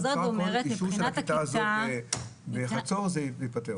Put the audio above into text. בסך הכול אישור של הכיתה הזו בחצור תפתור.